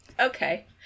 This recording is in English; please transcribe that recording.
okay